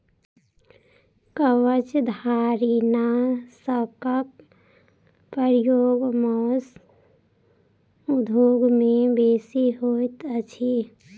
कवचधारीनाशकक प्रयोग मौस उद्योग मे बेसी होइत अछि